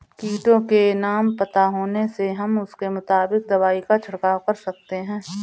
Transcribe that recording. कीटों के नाम पता होने से हम उसके मुताबिक दवाई का छिड़काव कर सकते हैं